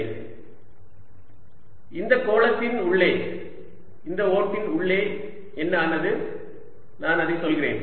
If zR VzσR20zzR zR2σR220z4πR24π0zQ4π0z இந்த கோளத்தின் உள்ளே இந்த ஓட்டின் உள்ளே என்ன ஆனது நான் அதை சொல்கிறேன்